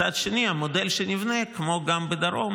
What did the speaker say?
מצד שני, המודל שנבנה, כמו גם בדרום,